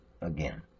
again